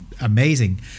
amazing